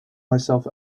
myself